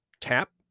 tap